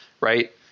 right